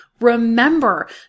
remember